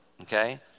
okay